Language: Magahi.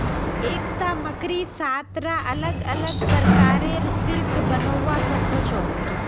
एकता मकड़ी सात रा अलग प्रकारेर सिल्क बनव्वा स ख छ